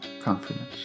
confidence